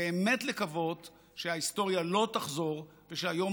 באמת לקוות שההיסטוריה לא תחזור ושהיום